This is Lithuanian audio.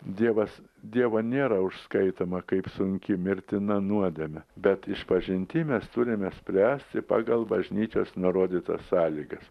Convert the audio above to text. dievas dievo nėra užskaitoma kaip sunki mirtina nuodėmė bet išpažinty mes turime spręsti pagal bažnyčios nurodytas sąlygas